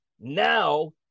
Now